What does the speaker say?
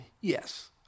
Yes